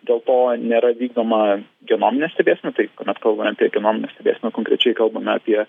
dėl to nėra vykdoma genominė stebėsena tai kuomet kalbame apie genominę stebėseną konkrečiai kalbame apie